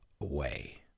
away